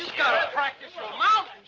practice your mounting.